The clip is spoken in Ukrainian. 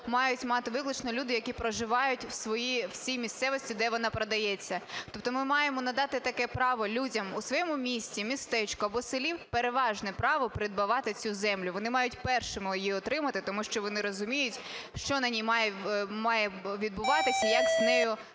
мають мати виключно люди, які проживають в цій місцевості, де вона продається. Тобто ми маємо надати таке право людям у своєму місті, містечку або селі переважне право придбавати цю землю. Вони мають першими її отримати, тому що вони розуміють, що на ній має відбуватися і як з нею…